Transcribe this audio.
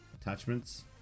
attachments